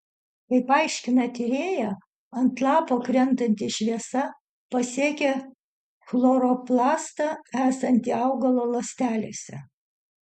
kaip aiškina tyrėja ant lapo krentanti šviesa pasiekia chloroplastą esantį augalo ląstelėse